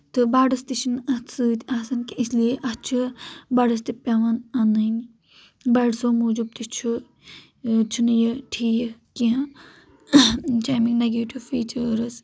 تہٕ بڈس تہِ چھِنہٕ اتھ سۭتۍ آسان کینٛہہ اس لیے اتھ چھ بڈٕس تہِ پٮ۪وان انٕنۍ بڈسو موٗجوب تہِ چھُ چھُنہٕ یہِ ٹھیٖک کینٛہہ یِم چھِ امیِکۍ نیگیٹو فیچٲرٕس